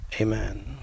Amen